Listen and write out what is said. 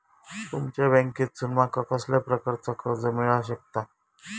तुमच्या बँकेसून माका कसल्या प्रकारचा कर्ज मिला शकता?